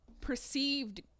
perceived